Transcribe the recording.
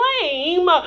flame